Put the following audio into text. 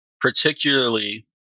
particularly